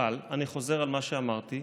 אבל אני חוזר על מה שאמרתי: